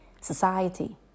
society